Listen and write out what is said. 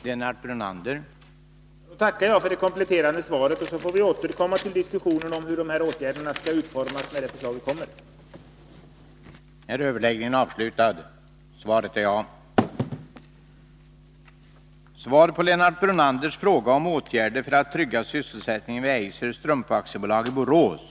Herr talman! Jag tackar för det kompletterande svaret, och vi får återkomma till diskussionen om hur dessa åtgärder skall utformas när förslag kommer. att främja trädgårdsnäringen att trygga sysselsättningen vid Eiser Strump AB i Borås